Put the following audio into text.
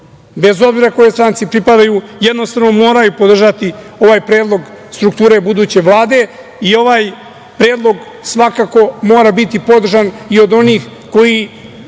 bez obzira kojoj stranci pripadaju, jednostavno moraju podržati ovaj predlog buduće Vlade i ovaj predlog svakako mora biti podržan i od onih koji